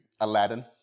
Aladdin